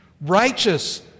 Righteous